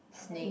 snake